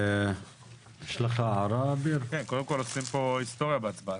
רק עניין של פרסום.